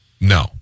no